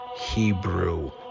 Hebrew